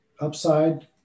upside